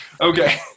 okay